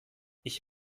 ich